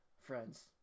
friends